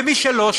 ומי שלא,